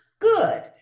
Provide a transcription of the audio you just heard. Good